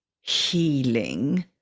healing